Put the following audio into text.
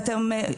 אתם,